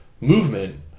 movement